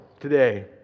today